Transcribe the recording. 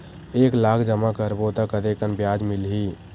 एक लाख जमा करबो त कतेकन ब्याज मिलही?